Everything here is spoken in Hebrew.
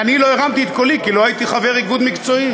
ואני לא הרמת את קולי כי לא הייתי חבר איגוד מקצועי,